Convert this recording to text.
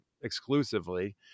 exclusively